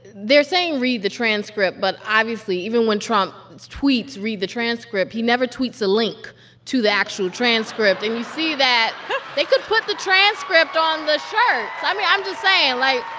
they're saying read the transcript, but, obviously, even when trump tweets read the transcript, he never tweets a link to the actual transcript and you see that they could put the transcript on the shirts. i mean, i'm just saying like,